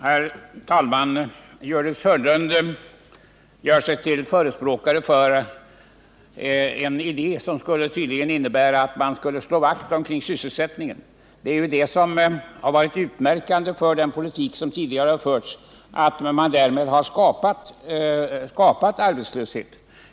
Herr talman! Gördis Hörnlund gör sig till förespråkare för en idé, som tydligen skulle innebära att man slår vakt om sysselsättningen. Utmärkande för den politik som tidigare har förts har ju varit att man därmed skapat arbetslöshet.